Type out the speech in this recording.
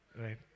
Right